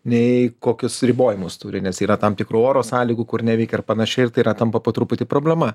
nei kokius ribojimus turi nes yra tam tikrų oro sąlygų kur neveikia ir panašiai ir tai yra tampa po truputį problema